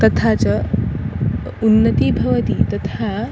तथा च उन्नतिः भवति तथा